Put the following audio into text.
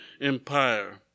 Empire